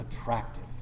attractive